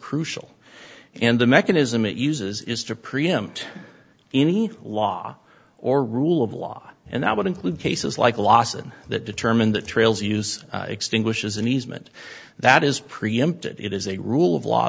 crucial and the mechanism it uses is to preempt any law or rule of law and that would include cases like lawson that determined that trails use extinguishes an easement that is preempted it is a rule of law